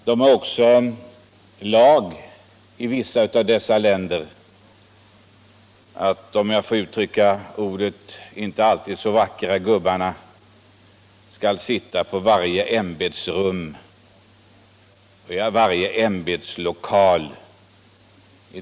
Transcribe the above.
I vissa av dessa socialistiska länder är det också lag på att de, om jag så får uttrycka mig, inte alltid så vackra gubbarna skall finnas i bild på varje ämbetsrum och i varje ämbetslokal.